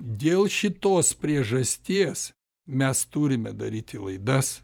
dėl šitos priežasties mes turime daryti laidas